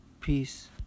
peace